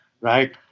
right